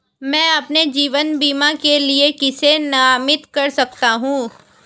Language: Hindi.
मैं अपने जीवन बीमा के लिए किसे नामित कर सकता हूं?